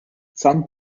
some